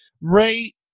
Ray